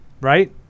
Right